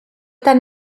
tan